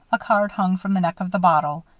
a card hung from the neck of the bottle.